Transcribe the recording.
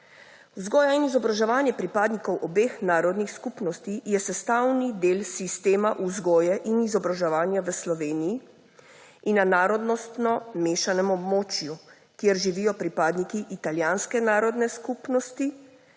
Vzgoja in izobraževanje pripadnikov obeh narodnih skupnosti je sestavni del sistema vzgoje in izobraževanja v Sloveniji. Na narodnostno mešanem območju, kjer živijo pripadniki italijanske narodne skupnosti,